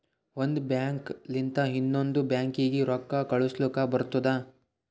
ಒಂದ್ ಬ್ಯಾಂಕ್ ಲಿಂತ ಇನ್ನೊಂದು ಬ್ಯಾಂಕೀಗಿ ರೊಕ್ಕಾ ಕಳುಸ್ಲಕ್ ಬರ್ತುದ